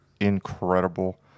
incredible